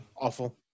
awful